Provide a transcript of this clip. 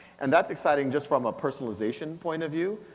and that's exciting just from a personalization point of view.